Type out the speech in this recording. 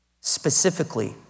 Specifically